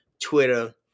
Twitter